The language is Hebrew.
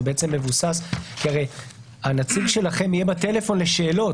הרי הנציג שלכם יהיה בטלפון לשאלות,